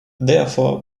therefore